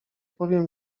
powiem